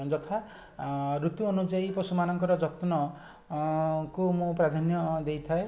ଯଥା ଋତୁ ଅନୁଯାଇ ପଶୁମାନଙ୍କର ଯତ୍ନ କୁ ମୁଁ ପ୍ରାଧାନ୍ୟ ଦେଇଥାଏ